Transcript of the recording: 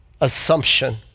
assumption